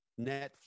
Netflix